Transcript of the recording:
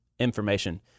Information